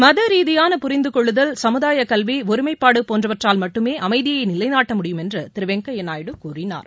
மத ரீதியான புரிந்து கொள்ளுதல் சமுதாயக் கல்வி ஒருமைப்பாடு போன்றவற்றால் மட்டுமே அமைதியை நிலைநாட்ட முடியும் என்று திரு வெங்கையா நாயுடு கூறினார்